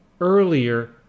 earlier